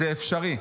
זה אפשרי.